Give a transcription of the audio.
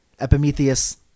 Epimetheus